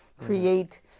create